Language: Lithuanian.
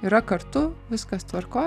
yra kartu viskas tvarkoj